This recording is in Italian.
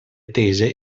tese